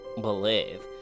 believe